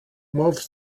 move